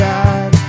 God